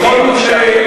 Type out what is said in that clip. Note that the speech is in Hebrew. בכל מקרה,